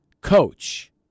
coach